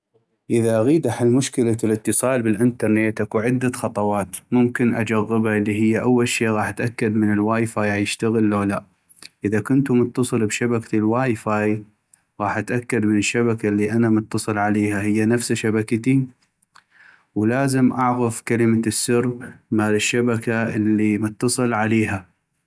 اذا اغيد احل مشكلة الاتصال بالانترنت اكو عدة خطوات ممكن اجغبا الي هي أول شي غاح اتأكد من الواي فاي عيشتغل لو لا اذا كنتو متصل بشبكة الواي فاي غاح اتأكد من الشبكة الي أنا متصل عليها هي نفسه شبكتي ، ولازم اعغف كلمة السر مال الشبكة اللي متصل عليها.